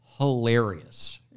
hilarious